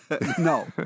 No